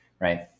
right